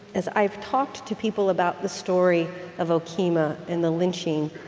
as i've talked to people about the story of okemah and the lynching,